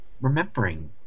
remembering